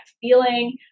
feeling